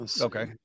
Okay